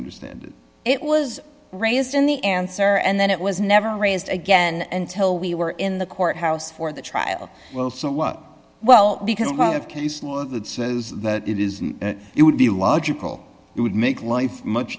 understand it was raised in the answer and then it was never raised again until we were in the courthouse for the trial well somewhat well because of case law that says that it is and it would be logical it would make life much